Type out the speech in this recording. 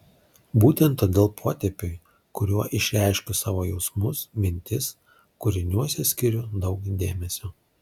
būtent todėl potėpiui kuriuo išreiškiu savo jausmus mintis kūriniuose skiriu daug dėmesio